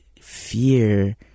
fear